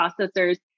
processors